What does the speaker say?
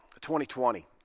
2020